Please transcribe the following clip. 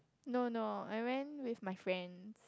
no no I went with my friends